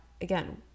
again